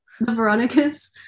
Veronica's